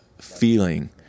feeling